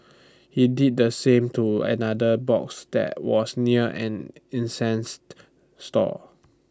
he did the same to another box that was near an incense stall